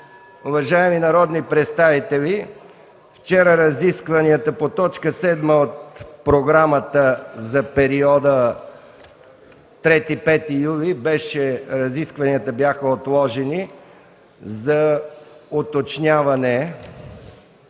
Уважаеми народни представители, вчера разискванията по т. 7 от програмата за периода 3-5 юли бяха отложени за уточняване,